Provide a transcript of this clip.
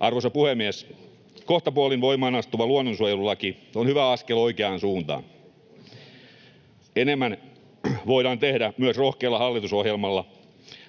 Arvoisa puhemies! Kohtapuolin voimaan astuva luonnonsuojelulaki on hyvä askel oikeaan suuntaan. Enemmän luontomme hyväksi voidaan tehdä myös rohkealla hallitusohjelmalla.